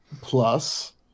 plus